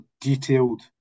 detailed